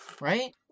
Right